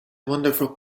wonderful